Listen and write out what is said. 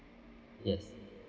yes